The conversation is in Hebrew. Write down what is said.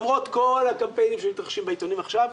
למרות כל הקמפיינים שמתרחשים בעיתונים עכשיו,